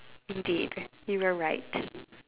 indeed you very right